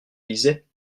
lisait